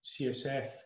CSF